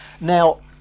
Now